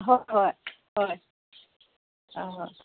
হয় হয় হয় অঁ